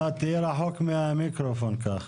אתה תהיה רחוק מהמיקרופון ככה.